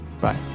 Bye